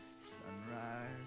Sunrise